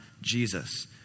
Jesus